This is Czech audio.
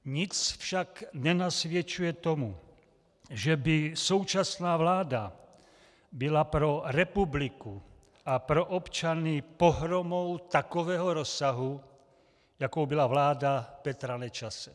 Nic však nenasvědčuje tomu, že by současná vláda byla pro republiku a pro občany pohromou takového rozsahu, jakou byla vláda Petra Nečase.